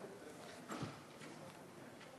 יעל,